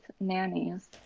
nannies